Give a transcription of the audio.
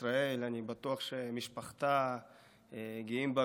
אני בטוח שמשפחתה גאים בה מאוד.